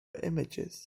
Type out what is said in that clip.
images